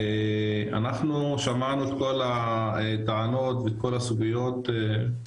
אנחנו שמענו את כל הטענות בכל הסוגיות,